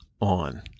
on